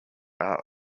are